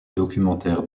documentaires